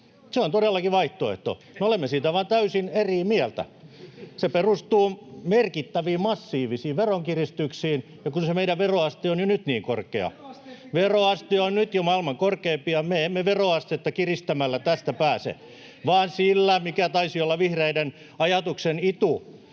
Se on todellakin vaihtoehto, me olemme siitä vain täysin eri mieltä. Se perustuu merkittäviin, massiivisiin veronkiristyksiin, ja kun se meidän veroasteemme on jo nyt niin korkea, [Jussi Saramon välihuuto] — veroaste on nyt jo maailman korkeimpia — me emme veroastetta kiristämällä tästä pääse vaan sillä, mikä taisi olla vihreiden ajatuksen itu,